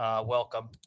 welcome